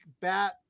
bat